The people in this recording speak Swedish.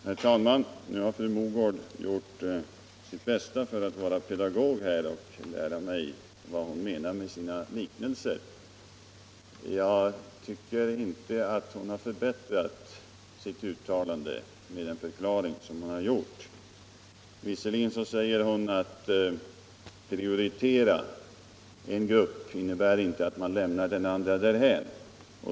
Herr talman! Nu har fru Mogård gjort sitt bästa för att vara pedagog och lära mig vad hon menar med sina liknelser. Jag tycker inte hon har förbättrat sitt uttalande med den förklaring hon givit. Visserligen säger hon att prioritering av en grupp inte innebär att man lämnar den andra därhän.